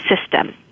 system